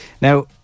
Now